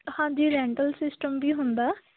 ਹਾਂਜੀ rental system ਵੀ ਹੁੰਦਾ